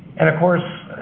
and, of course,